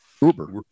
Uber